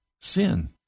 sin